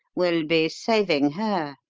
will be saving her,